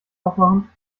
aufmachen